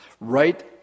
right